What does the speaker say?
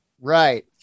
Right